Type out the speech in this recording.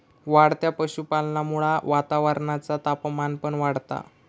वाढत्या पशुपालनामुळा वातावरणाचा तापमान पण वाढता